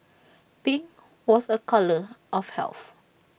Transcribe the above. pink was A colour of health